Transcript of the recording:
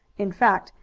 in fact,